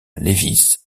lévis